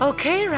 Okay